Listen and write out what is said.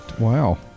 wow